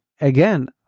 Again